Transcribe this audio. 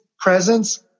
presence